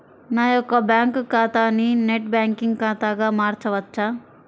నా యొక్క బ్యాంకు ఖాతాని నెట్ బ్యాంకింగ్ ఖాతాగా మార్చవచ్చా?